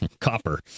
copper